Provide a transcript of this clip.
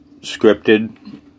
scripted